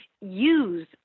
use